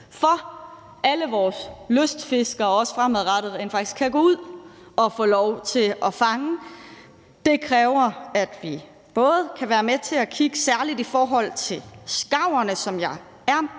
for alle vores lystfiskere, som de også fremadrettet kan gå ud og få lov til at fange. Det kræver, at vi både kan være med til at kigge på særlig skarverne, som jeg er indforstået